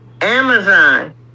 Amazon